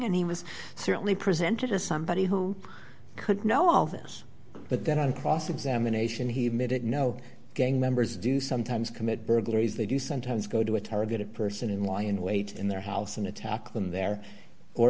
and he was certainly presented as somebody who could know all this but then on cross examination he admitted no gang members do sometimes commit burglaries they do sometimes go to a targeted person in law and wait in their house and attack them there or